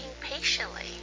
patiently